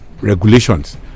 regulations